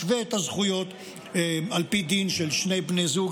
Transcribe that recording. משווה את הזכויות על פי דין של שני בני זוג,